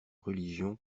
religion